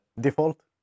default